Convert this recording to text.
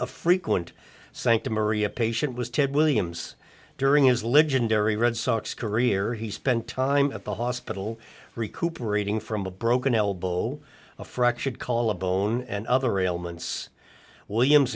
a frequent sanctum urrea patient was ted williams during his legendary red sox career he spent time at the hospital recuperating from a broken elbow a fractured call of bone and other ailments williams